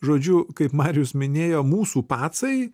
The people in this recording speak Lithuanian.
žodžiu kaip marius minėjo mūsų pacai